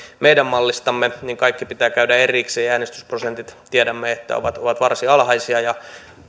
meidän mallistamme niin kaikki pitää käydä erikseen ja äänestysprosenteista tiedämme että ne ovat varsin alhaisia ja